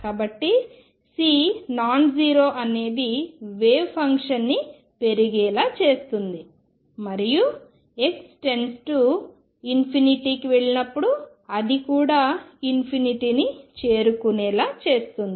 కాబట్టి C non zero అనేది wave ఫంక్షన్ని పెరిగేలా చేస్తుంది మరియు x→ ∞కి వెళ్ళినప్పుడు అది కూడా ∞ ని చేరుకునేలా చేస్తుంది